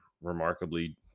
remarkably